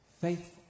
faithful